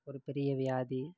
ஒரு பெரிய வியாதி